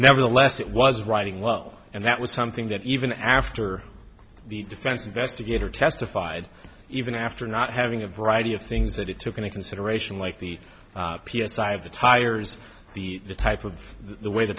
nevertheless it was riding well and that was something that even after the defense investigator testified even after not having a variety of things that it took into consideration like the p s i i of the tires the type of the way the